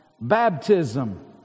baptism